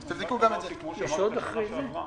כמו שאמרתי בפעם שעברה,